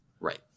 Right